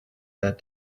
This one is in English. that